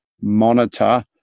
monitor